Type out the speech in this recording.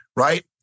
Right